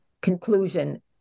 conclusion